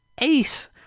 ace